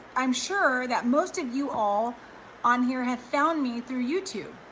i'm sure that most of you all on here have found me through youtube,